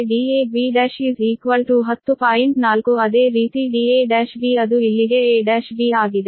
4 ಅದೇ ರೀತಿ da1b ಅದು ಇಲ್ಲಿಗೆ a1b ಆಗಿದೆ